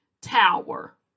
tower